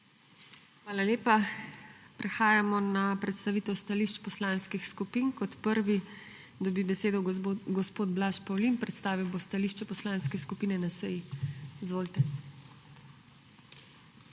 Hvala lepa. Prehajamo na predstavitev stališč poslanskih skupin. Kot prvi dobi besedo gospod Blaž Pavlin. Predstavil bo stališče Poslanske skupine NSi. Izvolite.